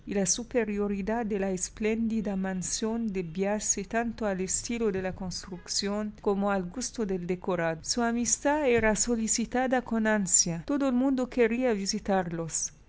la superioridad de la espléndida mansión debíase tanto al estilo de la construcción como al gusto del decorado su amistad era solicitada con ansia todo el mundo quería visitarlos